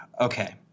okay